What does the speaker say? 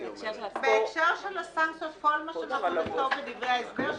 בהקשר של הסנקציות כל מה שנכתוב בדברי ההסבר,